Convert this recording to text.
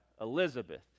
Elizabeth